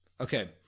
Okay